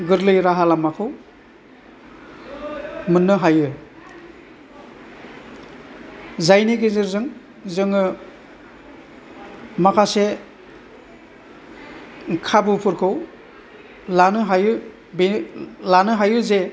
गोरलै राहा लामाखौ मोननो हायो जायनि गेजेरजों जोङो माखासे खाबुफोरखौ लानो हायो बे लानो हायो जे